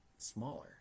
smaller